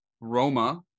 Roma